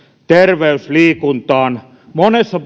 terveysliikuntaan monessa